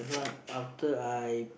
but after I